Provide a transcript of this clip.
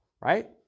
right